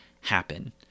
happen